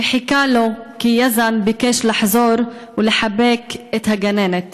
שחיכה לו כי יזן ביקש לחזור ולחבק את הגננת.